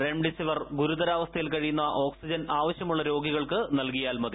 remdesivir ഗുരുതരാവസ്ഥയിൽ കഴിയുന്ന oxygen ആവശ്യമുള്ള രോഗികൾക്ക് നൽകിയാൽ മതി